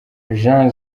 jean